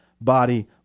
body